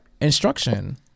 instruction